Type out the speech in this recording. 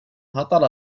هطل